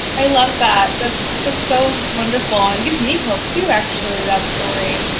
i love that. that's that's so wonderful and gives me hope too, actually, that story.